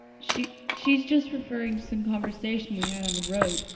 she she's just referring to some conversation we had on the road,